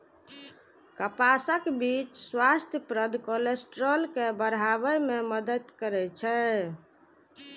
कपासक बीच स्वास्थ्यप्रद कोलेस्ट्रॉल के बढ़ाबै मे मदति करै छै